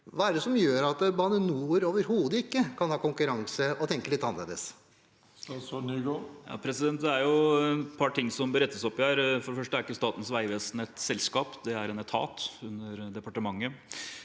Hva er det som gjør at Bane NOR overhodet ikke kan ha konkurranse og tenke litt annerledes? Statsråd Jon-Ivar Nygård Det er et par ting som bør rettes opp i her. For det første er ikke Statens vegvesen et selskap, det er en etat under departementet.